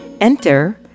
Enter